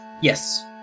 Yes